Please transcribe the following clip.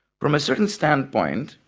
from a certain standpoint,